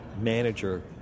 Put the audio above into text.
manager